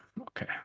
Okay